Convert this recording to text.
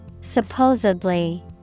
Supposedly